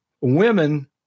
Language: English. Women